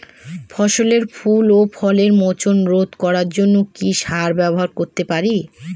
ফসলের ফুল ও ফলের মোচন রোধ করার জন্য কি সার ব্যবহার করতে পারি?